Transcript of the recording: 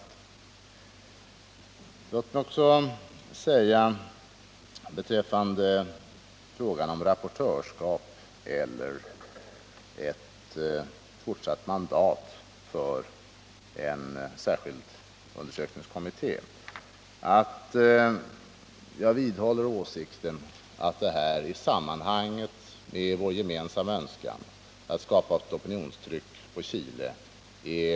Låt mig också beträffande frågan om rapportörskap eller fortsatt mandat för en särskild undersökningskommission säga att jag vidhåller åsikten att det här är en mycket liten fråga när det gäller vår gemensamma önskan att skapa ett opinionstryck på Chile.